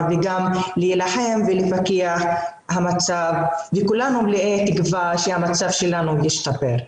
וגם להילחם ולפקח על המצב וכולנו מלאי תקווה שהמצב שלנו ישתפר.